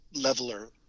leveler